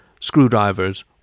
screwdrivers—